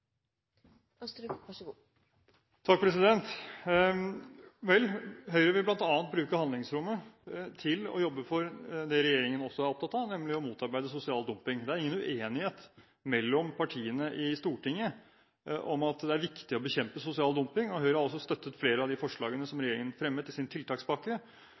opptatt av, nemlig å motarbeide sosial dumping. Det er ingen uenighet mellom partiene i Stortinget om at det er viktig å bekjempe sosial dumping, og Høyre har også støttet flere av de forslagene som regjeringen fremmet i sin tiltakspakke.